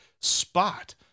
spot